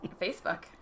Facebook